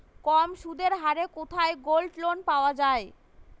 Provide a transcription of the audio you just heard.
কম সুদের হারে কোথায় গোল্ডলোন পাওয়া য়ায়?